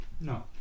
No